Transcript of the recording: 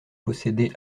posséder